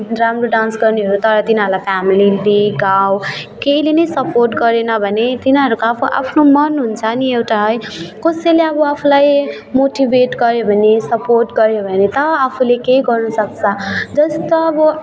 राम्रो डान्स गर्नेहरू तर तिनीहरूलाई फ्यामिलीले गाउँ केहीले पनि सपोर्ट गरेन भने तिनीहरूको आफू आफ्नो मन हुन्छ नि एउटा है कसैले अब आफूलाई मोटिभेट गऱ्यो भने सपोर्ट गऱ्यो भने त आफूले केही गर्नु सक्छ जस्तो अब